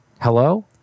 Hello